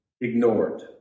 ignored